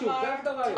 זו ההגדרה היום.